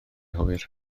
hwyr